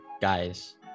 guys